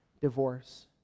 divorce